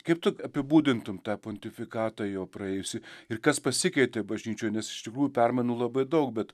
kaip tu apibūdintum tą pontifikatą jo praėjusį ir kas pasikeitė bažnyčioj nes iš tikrųjų permainų labai daug bet